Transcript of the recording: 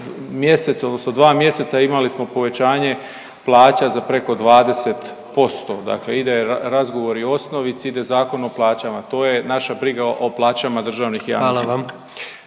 mjesec odnosno dva mjeseca imali smo povećanje plaća za preko 20%, dakle ide razgovori o osnovici, ide Zakon o plaćama. To je naša briga o plaćama državnih i javnih